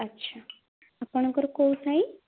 ଆଚ୍ଛା ଆପଣଙ୍କର କେଉଁ ସାହି